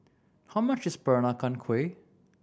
how much is Peranakan Kueh